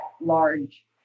large